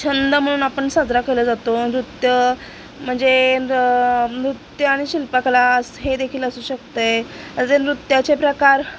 छंद म्हणून आपण साजरा केला जातो नृत्य म्हणजे नृत्य आणि शिल्पकलास हे देखील असू शकते असे नृत्याचे प्रकार